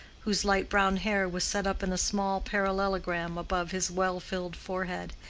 whose light-brown hair was set up in a small parallelogram above his well-filled forehead,